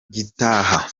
gitaha